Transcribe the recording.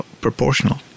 proportional